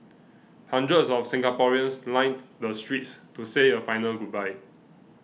hundreds of Singaporeans lined the streets to say a final goodbye